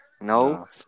No